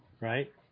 Right